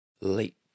Late